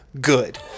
good